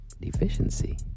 Deficiency